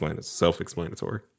self-explanatory